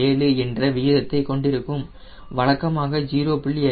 7 என்ற விகிதத்தை கொண்டிருக்கும் மேலும் வழக்கமாக 0